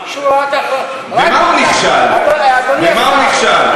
במה הוא נכשל?